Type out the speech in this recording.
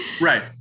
Right